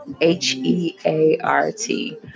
H-E-A-R-T